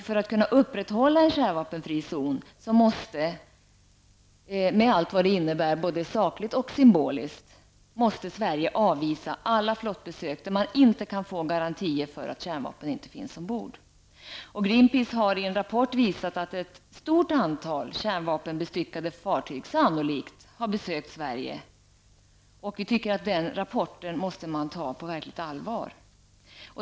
För att kunna upprätthålla en kärnvapenfri zon måste -- med allt vad det innebär både sakligt och symboliskt -- Sverige avvisa alla flottbesök där man inte kan få garantier för att kärnvapen inte finns ombord. Greenpeace har i en rapport visat på att ett stort antal kärnvapenbestyckade fartyg sannolikt har besökt Sverige. Vi anser att den rapporten måste tas på allvar.